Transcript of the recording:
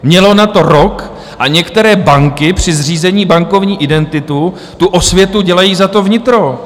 Mělo na to rok a některé banky při zřízení bankovní identity osvětu dělají za vnitro.